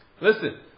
Listen